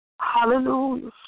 Hallelujah